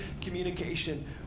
communication